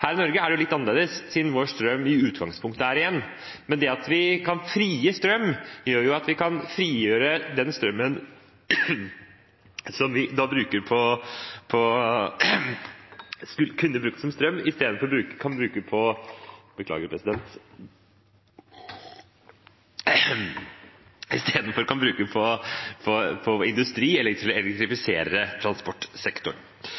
Her i Norge er det litt annerledes, siden vår strøm i utgangspunktet er ren, men det at vi kan frigi strøm, gjør jo at vi isteden kan bruke den på industri eller på å elektrifisere transportsektoren. Vi